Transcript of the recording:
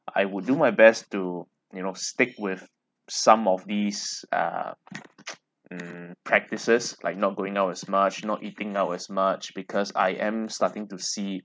I will do my best to you know stick with some of these uh mm practices like not going out as much not eating out as much because I am starting to see